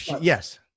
yes